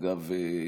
אגב,